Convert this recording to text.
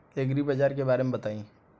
एग्रीबाजार के बारे में बताई?